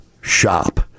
shop